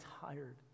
tired